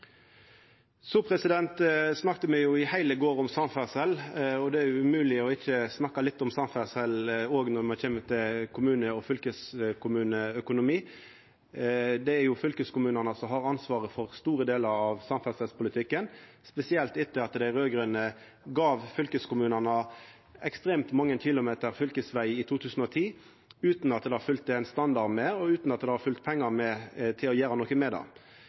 Me snakka i heile går om samferdsel, og det er umogleg ikkje å snakka om samferdsel når me kjem til kommune- og fylkeskommuneøkonomi. Det er fylkeskommunane som har ansvaret for store delar av samferdselspolitikken, spesielt etter at dei raud-grøne gav fylkeskommunane ekstremt mange kilometer fylkesveg i 2010 utan at det følgde ein standard med, og utan at det følgde med pengar til å gjera noko med det.